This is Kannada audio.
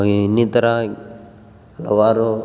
ಇನ್ನಿತರ ಹಲವಾರು